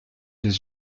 des